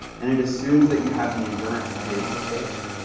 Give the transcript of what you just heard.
and it assumes that you have the endurance to be able to hold it.